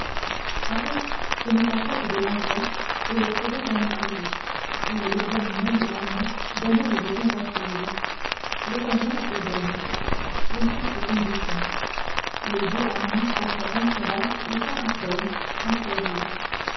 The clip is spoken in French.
athos se mit en quête de l'anglais et le trouva dans l'écurie où il examinait les harnais d'un oeil de convoitise l'occasion était bonne il fit ses conditions les deux harnais contre un cheval ou cent pistoles à choisir